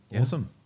Awesome